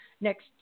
Next